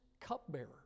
cupbearer